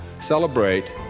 celebrate